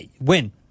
win